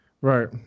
Right